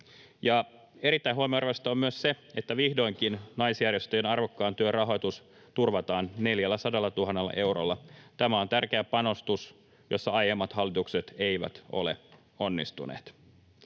Erittäin huomionarvoista on myös se, että vihdoinkin naisjärjestöjen arvokkaan työn rahoitus turvataan 400 000 eurolla. Tämä on tärkeä panostus, jossa aiemmat hallitukset eivät ole onnistuneet.